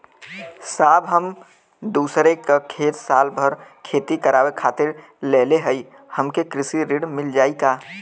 साहब हम दूसरे क खेत साल भर खेती करावे खातिर लेहले हई हमके कृषि ऋण मिल जाई का?